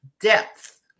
depth